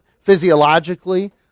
physiologically